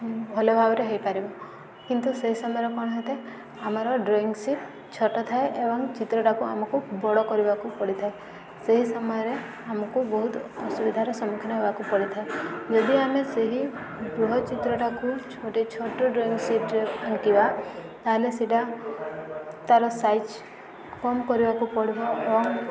ଭଲ ଭାବରେ ହୋଇପାରିବ କିନ୍ତୁ ସେହି ସମୟରେ କ'ଣ ହୋଇଥାଏ ଆମର ଡ୍ରଇଂ ସିଟ୍ ଛୋଟ ଥାଏ ଏବଂ ଚିତ୍ରଟାକୁ ଆମକୁ ବଡ଼ କରିବାକୁ ପଡ଼ିଥାଏ ସେହି ସମୟରେ ଆମକୁ ବହୁତ ଅସୁବିଧାର ସମ୍ମୁଖୀନ ହେବାକୁ ପଡ଼ିଥାଏ ଯଦି ଆମେ ସେହି ଗୃହ ଚିତ୍ରଟାକୁ ଛୋଟେ ଛୋଟ ଡ୍ରଇଂ ସିଟ୍ରେ ଆଙ୍କିବା ତାହେଲେ ସେଇଟା ତା'ର ସାଇଜ୍ କମ୍ କରିବାକୁ ପଡ଼ିବ ଏବଂ